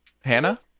Hannah